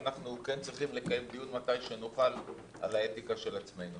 ואני חושב שאנחנו צריכים לקיים דיון מתי שנוכל על האתיקה של עצמנו.